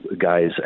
guys